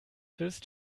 bist